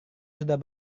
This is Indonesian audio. sudah